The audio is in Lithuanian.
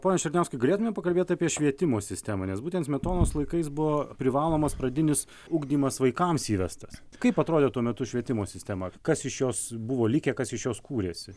pone černiauskai galėtumėm pakalbėt apie švietimo sistemą nes būtent smetonos laikais buvo privalomas pradinis ugdymas vaikams įvestas kaip atrodė tuo metu švietimo sistema kas iš jos buvo likę kas iš jos kūrėsi